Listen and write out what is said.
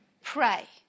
pray